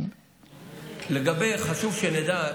חשוב שנדע,